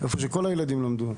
בדיוק איפה שכל הגדולים שלי למדו.